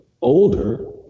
older